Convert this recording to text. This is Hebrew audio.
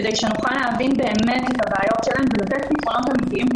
כדי שנוכל להבין באמת את הבעיות שלהן ולתת פתרונות אמיתיים,